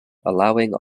allowing